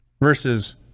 Versus